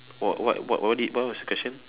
what what what what what did what was the question